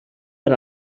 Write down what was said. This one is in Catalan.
per